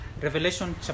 Revelation